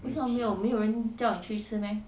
为什么没有没有人叫你去吃 meh